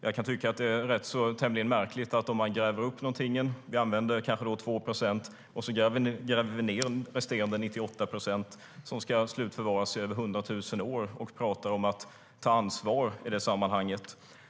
Jag kan tycka att det är tämligen märkligt att man gräver upp någonting, använder kanske 2 procent och gräver ned resterande 98 procent som ska slutförvaras i över 100 000 år och talar om att ta ansvar i sammanhanget.